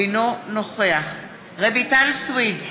אינו נוכח רויטל סויד,